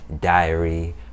diary